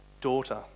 daughter